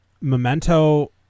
Memento